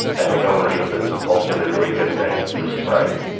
i think home ownership is ultimately really good thing for society.